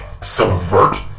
subvert